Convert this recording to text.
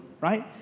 right